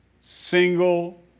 single